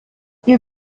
ihr